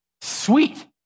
Sweet